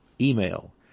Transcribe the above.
email